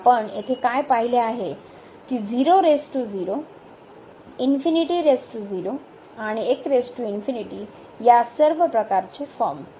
तर आपण येथे काय पाहिले आहे की आणि या सर्व प्रकारचे फॉर्म